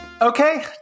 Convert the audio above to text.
Okay